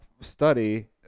study